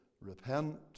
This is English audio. repent